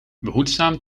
behoedzaam